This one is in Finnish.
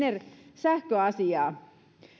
sähköasiaa